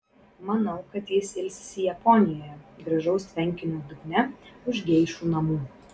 manau kad jis ilsisi japonijoje gražaus tvenkinio dugne už geišų namų